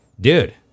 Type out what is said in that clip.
dude